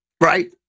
Right